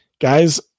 Guys